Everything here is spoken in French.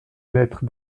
lettre